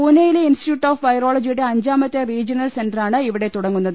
പൂനെയിലെ institute of വൈറ്റോളജിയുടെ അഞ്ചാമത്തെ റീജ്യനൽ സെന്ററാണ് ഇവിടെ തുടങ്ങുന്നത്